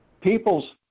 people's